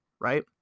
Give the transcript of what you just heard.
right